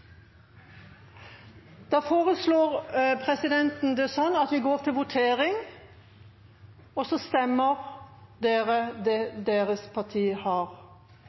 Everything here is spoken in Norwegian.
– Da foreslår presidenten at vi går til votering, og så stemmer dere slik deres parti har